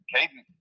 Caden